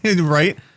Right